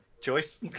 choice